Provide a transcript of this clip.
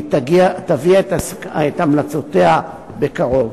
והיא תביא את המלצותיה בקרוב.